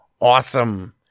awesome